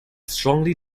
strongly